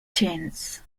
changes